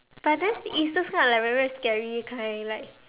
but then it's those kind of like very very scary kind like